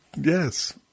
yes